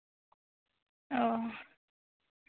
ᱚ